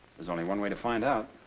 there's only one way to find out.